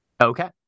Okay